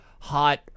hot